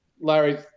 Larry